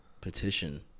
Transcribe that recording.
petition